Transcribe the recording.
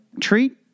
treat